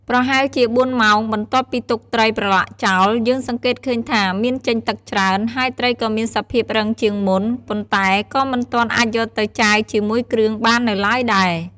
ប្រហែលជាបួនម៉ោងបន្ទាប់ពីទុកត្រីប្រឡាក់ចោល យើងសង្កេតឃើញថាមានចេញទឹកច្រើន ហើយត្រីក៏មានសភាពរឹងជាងមុន ប៉ុន្តែក៏មិនទាន់អាចយកទៅចាវជាមួយគ្រឿងបាននៅឡើយដែរ។